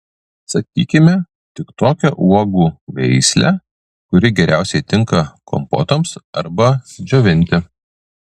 sakykime tik tokią uogų veislę kuri geriausiai tinka kompotams arba džiovinti